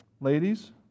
Ladies